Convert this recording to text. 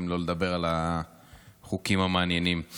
אם לא לדבר על החוקים המעניינים?